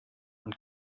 und